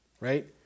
right